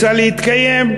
רוצה להתקיים,